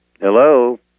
hello